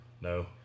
No